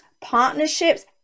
partnerships